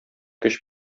көч